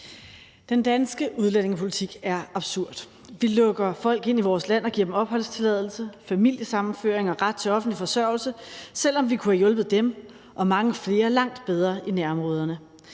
Den danske udlændingepolitik er absurd. Vi lukker folk ind i vores land og giver dem opholdstilladelse, familiesammenføring og ret til offentlig forsørgelse, selv om vi kunne have hjulpet dem og mange flere langt bedre i nærområderne.